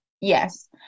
Yes